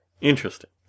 Interesting